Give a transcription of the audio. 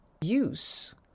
use